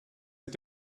mit